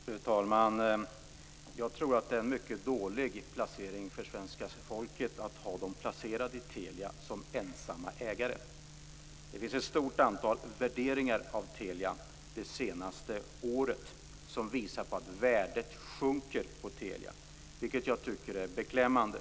Fru talman! Jag tror att det är en mycket dålig placering för svenska folket att ha pengarna placerade i Telia som ensamma ägare. Det finns ett stort antal värderingar av Telia från det senaste året som visar att Telias värde sjunker, vilket jag tycker är beklämmande.